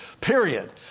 period